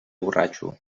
borratxo